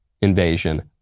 invasion